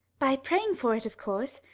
by praying for it, of course.